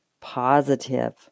positive